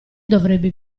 dovrebbe